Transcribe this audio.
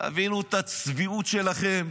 תבינו את הצביעות שלכם.